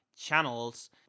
channels